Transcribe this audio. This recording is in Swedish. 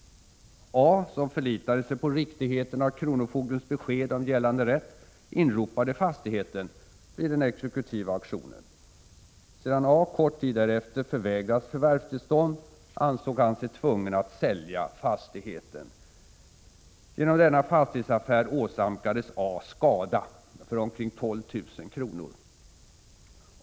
A, som förlitade sig på riktigheten av kronofogdens besked om gällande rätt, inropade fastigheten vid den exekutiva auktionen. Sedan A kort tid därefter förvägrats förvärvstillstånd, ansåg han sig tvungen att sälja fastigheten. Genom denna fastighetsaffär åsamkades A skada för omkring 12 000 kr.